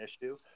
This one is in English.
issue